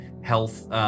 health